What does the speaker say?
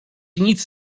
nic